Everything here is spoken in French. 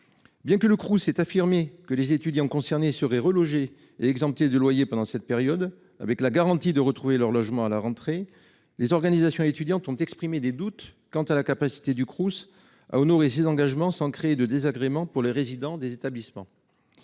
Bien que le Crous ait affirmé que les étudiants concernés seraient relogés et exemptés de loyer pendant cette période, avec la garantie de retrouver leur logement à la rentrée, les organisations étudiantes ont exprimé des doutes quant à la capacité de cet organisme à honorer ses engagements sans créer de désagréments pour les résidents des établissements.